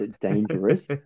dangerous